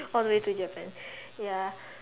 all the way to Japan ya